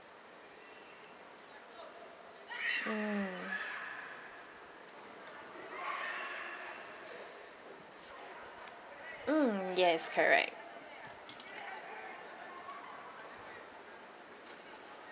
mm mm yes correct